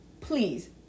please